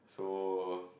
so